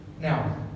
Now